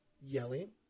yelling